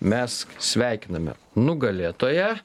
mes sveikiname nugalėtoją